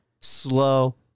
slow